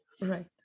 Right